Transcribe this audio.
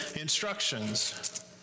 instructions